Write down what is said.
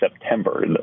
September